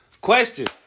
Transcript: Question